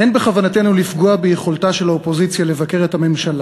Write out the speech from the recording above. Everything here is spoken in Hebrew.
אין בכוונתנו לפגוע ביכולתה של האופוזיציה לבקר את הממשלה,